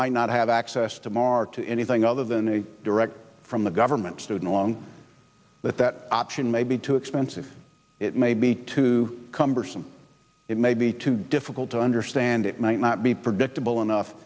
might not have access to mark to anything other than a direct from the government student along with that option may be too expensive it may be too cumbersome it may be too difficult to understand it might not be predictable enough